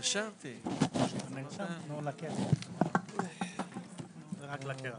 הישיבה ננעלה בשעה